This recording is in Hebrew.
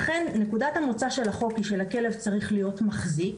נקודת המוצא של החוק היא שלכלב צריך להיות מחזיק.